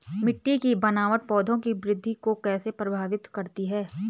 मिट्टी की बनावट पौधों की वृद्धि को कैसे प्रभावित करती है?